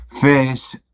fish